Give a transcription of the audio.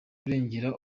kurengera